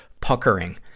puckering